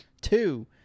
Two